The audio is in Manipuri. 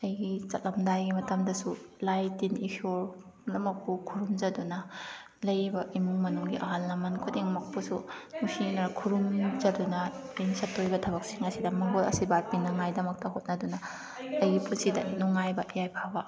ꯑꯩꯒꯤ ꯆꯠꯂꯝꯗꯥꯏꯒꯤ ꯃꯇꯝꯗꯁꯨ ꯂꯥꯏ ꯇꯤꯟ ꯏꯁꯣꯔ ꯄꯨꯝꯅꯃꯛꯄꯨ ꯈꯨꯔꯨꯝꯖꯗꯨꯅ ꯂꯩꯔꯤꯕ ꯏꯃꯨꯡ ꯃꯅꯨꯡꯒꯤ ꯑꯍꯜ ꯂꯃꯜ ꯈꯨꯗꯤꯡꯃꯛꯄꯨꯁꯨ ꯅꯨꯡꯁꯤꯅ ꯈꯨꯔꯨꯝꯖꯗꯨꯅ ꯑꯩꯅ ꯆꯠꯇꯣꯔꯤꯕ ꯊꯕꯛꯁꯤꯡ ꯑꯁꯤꯗ ꯃꯪꯒꯣꯜ ꯑꯁꯤꯔꯕꯥꯠ ꯄꯤꯅꯉꯥꯏꯗꯃꯛꯇ ꯍꯣꯠꯅꯗꯨꯅ ꯑꯩꯒꯤ ꯄꯨꯟꯁꯤꯗ ꯅꯨꯡꯉꯥꯏꯕ ꯌꯥꯏꯐꯕ